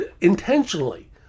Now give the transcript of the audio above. intentionally